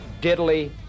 diddly